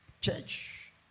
church